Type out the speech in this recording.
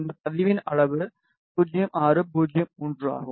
இந்த பதிவின் அளவு 0603 ஆகும்